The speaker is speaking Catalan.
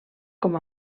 com